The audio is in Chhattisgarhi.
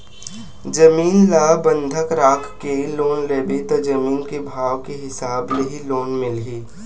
जमीन ल बंधक राखके लोन लेबे त जमीन के भाव के हिसाब ले ही लोन मिलही